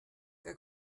que